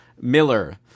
miller